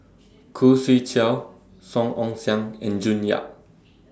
Khoo Swee Chiow Song Ong Siang and June Yap